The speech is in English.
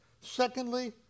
secondly